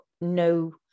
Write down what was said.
no